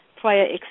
prior